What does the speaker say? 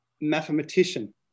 mathematician